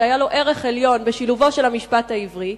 שראה ערך עליון בשילובו של המשפט העברי,